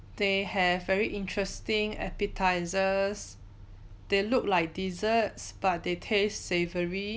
they have very interesting appetisers they look like desserts but they taste savory